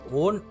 own